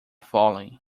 falling